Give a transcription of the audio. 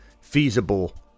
feasible